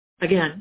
Again